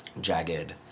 jagged